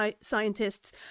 scientists